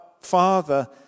Father